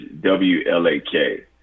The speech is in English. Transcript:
W-L-A-K